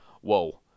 whoa